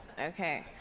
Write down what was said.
Okay